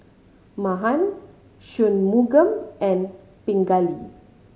Mahan Shunmugam and Pingali